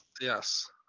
Yes